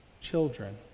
children